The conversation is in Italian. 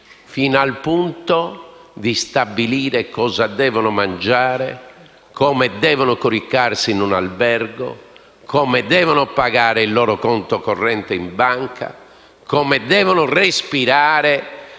fino al punto di stabilire cosa devono mangiare, come devono coricarsi in un albergo, come devono pagare il loro conto corrente in banca, come devono respirare